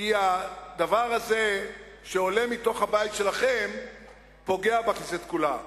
כי הדבר הזה שעולה מתוך הבית שלכם פוגע בכנסת כולה.